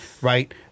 Right